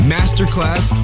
Masterclass